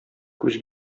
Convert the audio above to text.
күз